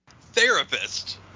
therapist